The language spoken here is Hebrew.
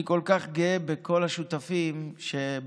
אני כל כך גאה בכל השותפים שמחצות